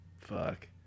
Fuck